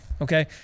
Okay